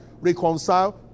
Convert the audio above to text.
reconcile